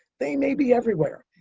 they may be everywhere,